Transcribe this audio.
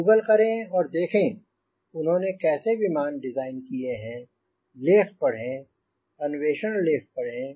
Google करें और देखें उन्होंने कैसे विमान डिजाइन किए हैं लेख पढ़ें अन्वेषण लेख पढ़ें